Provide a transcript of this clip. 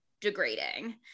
degrading